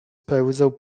pełzał